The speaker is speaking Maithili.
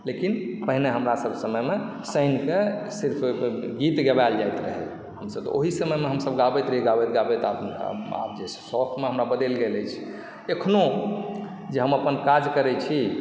लेकिन पहिने हमरासभ समयमे शनिके सिर्फ गीत गबैल जाइत रहय हमसभ तऽ ओहि समयमे हमसब गाबैत रही गाबैत गाबैत आब जे छै शौकमे हमरा बदलि गेल अछि अखनो जे हम अपन काज करय छी